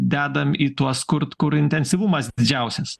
dedam į tuos kurt kur intensyvumas didžiausias